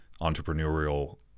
entrepreneurial